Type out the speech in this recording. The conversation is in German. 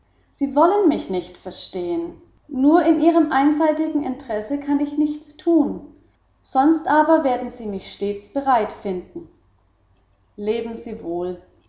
sie wollen mich nicht verstehen nur in ihrem einseitigen interesse kann ich nichts tun sonst aber werden sie mich stets bereitfinden leben sie wohl